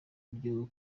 ryo